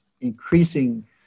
increasing